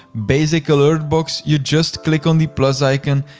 basic alert box, you just click on the plus icon,